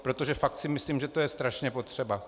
Protože fakt si myslím, že to je strašně potřeba.